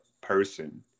person